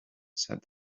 said